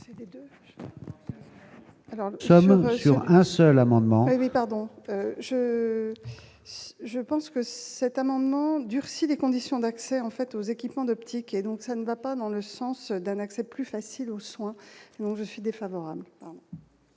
Simplement sur un seul amendement. Oui, pardon, je, je pense que cet amendement durcit les conditions d'accès en fait aux équipements d'optique et donc ça ne va pas dans le sens d'un accès plus facile aux soins je suis défavorable.